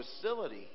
facility